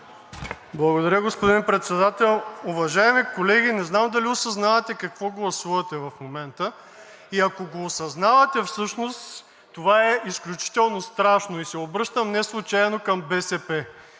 Благодаря, господин Председател. Уважаеми колеги, не знам дали осъзнавате какво гласувате в момента? Ако го осъзнавате всъщност, това е изключително страшно. Обръщам се неслучайно към БСП.